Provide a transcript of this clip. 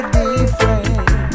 different